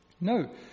No